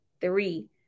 Three